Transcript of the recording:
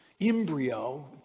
embryo